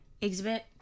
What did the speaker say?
exhibit